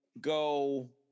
go